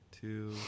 two